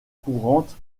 courante